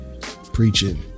preaching